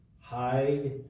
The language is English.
Hide